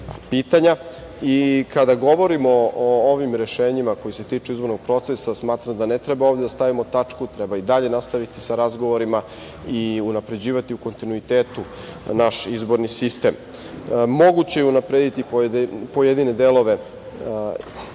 pitanja. Kada govorimo o ovim rešenjima koja se tiču izbornog procesa, smatram da ne treba ovde da stavimo tačku, treba i dalje nastaviti sa razgovorima i unapređivati u kontinuitetu naš izborni sistem. Moguće je unaprediti pojedine delove izbornog